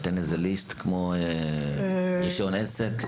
אין איזה list כמו רישיון עסק?